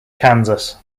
kansas